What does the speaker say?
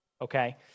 Okay